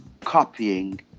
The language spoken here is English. copying